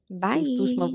Bye